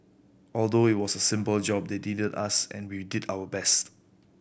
although it was a simple job they deeded us and we did our best